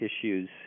issues